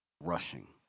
rushing